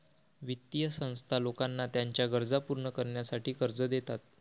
वित्तीय संस्था लोकांना त्यांच्या गरजा पूर्ण करण्यासाठी कर्ज देतात